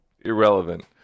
irrelevant